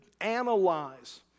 analyze